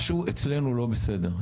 משהו אצלנו לא בסדר.